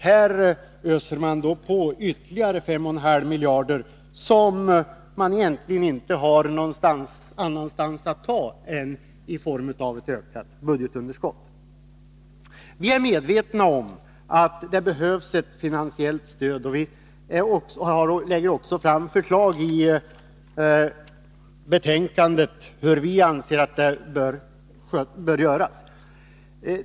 Här öser man på ytterligare 5,5 miljarder, som man egentligen inte har någon annanstans att ta än i form av ett ökat budgetunderskott. Vi är medvetna om att det behövs ett finansiellt stöd, och vi anger i betänkandet också hur vi anser att detta bör ordnas.